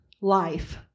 life